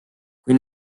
kui